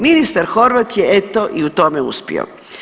Ministar Horvat je, eto, i u tome uspio.